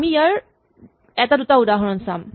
আমি ইয়াৰ এটা দুটা উদাহৰণ চাম